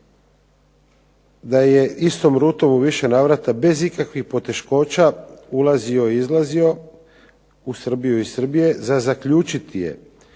da je istom rutom u više navrata bez ikakvih poteškoća ulazio i izlazio u Srbiju i iz Srbije, za zaključit je